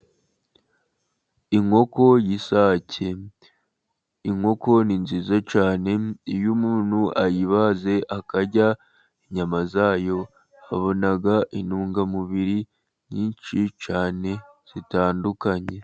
Inkoko y'isake. Inkoko ni nziza cyane iyo umuntu ayibaze akarya inyama zayo abona intungamubiri nyinshi cyane zitandukanye.